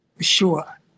sure